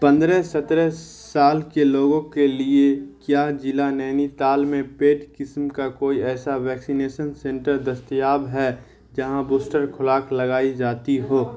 پندرہ سترہ سال کے لوگوں کے لیے کیا ضلع نینی تال میں پیڈ قسم کا کوئی ایسا ویکسینیشن سینٹر دستیاب ہے جہاں بوسٹر خوراک لگائی جاتی ہو